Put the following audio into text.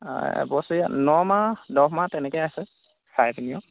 এবছৰীয়া নমাহ দহ মাহ তেনেকৈ আছে